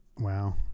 wow